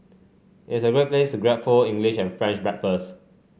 it's a great place grab full English and French breakfast